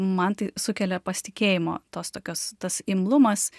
man tai sukelia pasitikėjimo tos tokios tas imlumas